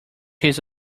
his